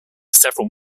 several